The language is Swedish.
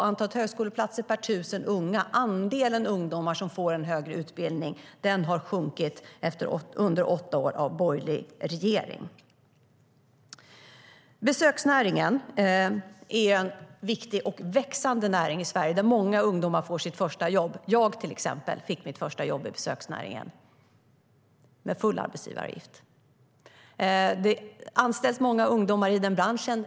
Antalet högskoleplatser per 1 000 unga, andelen ungdomar som får högre utbildning, har sjunkit under åtta år av borgerlig regering. Besöksnäringen är en viktig och växande näring i Sverige där många ungdomar får sitt första jobb. Jag, till exempel, fick mitt första jobb i besöksnäringen - med full arbetsgivaravgift. Det anställs många ungdomar i den branschen.